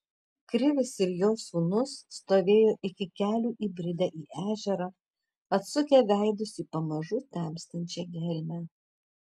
krivis ir jo sūnus stovėjo iki kelių įbridę į ežerą atsukę veidus į pamažu temstančią gelmę